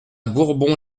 bourbon